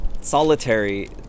Solitary